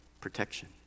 protection